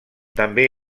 també